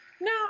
No